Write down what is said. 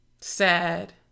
sad